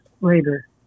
later